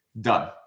done